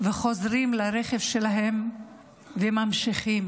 חוזרים לרכב שלהם וממשיכים.